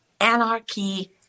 anarchy